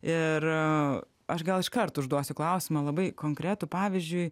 ir aš gal iškart užduosiu klausimą labai konkretų pavyzdžiui